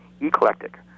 eclectic